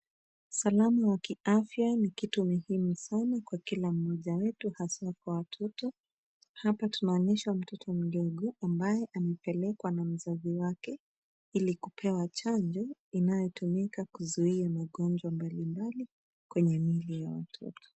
Salamu ya kiafya ni muhimu sana kwa kila mmoja wetu haswa kwa watoto. Hapa tunaonyeshwa mtoto mdogo, ambaye amepelekwa na mzazi wake ili kupewa chanjo inayotumika kuzuia magonjwa mbali mbali kwenye mwili wa mtoto.